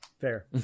Fair